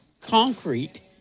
concrete